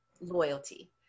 Loyalty